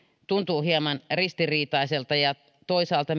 tuntuu hieman ristiriitaiselta toisaalta